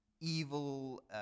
evil